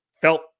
felt